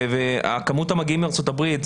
וכמות המגיעים מארצות הברית,